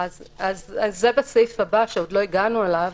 אז זה בסעיף הבא, שעוד לא הגענו אליו.